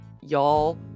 y'all